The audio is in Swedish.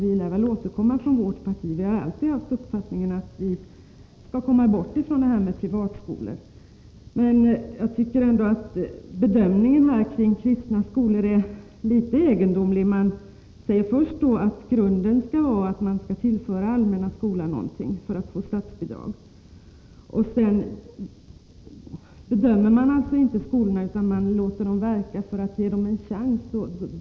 Vi lär väl återkomma från vårt parti — vi har alltid haft uppfattningen att vi skall komma bort från detta med privatskolor. Jag tycker att bedömningen i fråga om kristna skolor är litet egendomlig. Det sägs först att grunden för att få statsbidrag skall vara att de tillför den allmänna skolan någonting. Men sedan bedömer man inte skolorna utan låter dem verka för att ge dem en chans.